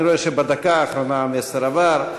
אני רואה שבדקה האחרונה המסר עבר,